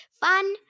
Fun